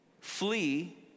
flee